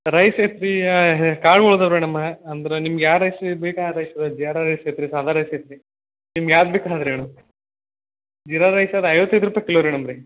rice madam ಅಂದ್ರೆ ನಿಮ್ಗೆ ಯಾವ ರೈಸ್ ಬೇಕು ಆ ರೈಸ್ ರೈಸ್ ಇತ್ರಿ ಸಾದಾ ರೈಸ್ ಇತ್ರಿ ನಿಮ್ಗೆ ಯಾವ್ದು ಬೇಕು ಅದ್ ರೀ ಮೇಡಮ್ ಜೀರಾ ರೈಸ್ ಆರೆ ಐವತ್ತೈದು ರೂಪಾಯಿ ಕಿಲೋ ಮೇಡಮ್ ರೀ